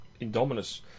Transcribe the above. Indominus